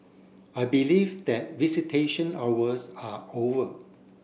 I believe that visitation hours are over